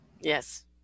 Yes